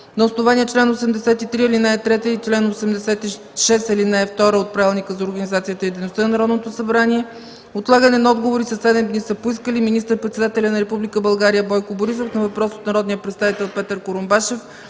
На основание чл. 83, ал. 3 и чл. 86, ал. 2 от Правилника за организацията и дейността на Народното събрание, отлагане на отговори със седем дни са поискали: - министър-председателят на Република България Бойко Борисов – на въпрос от народния представител Петър Курумбашев;